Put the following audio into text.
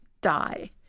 die